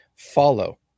follow